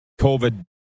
COVID